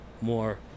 more